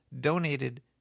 donated